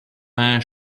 man